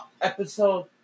episode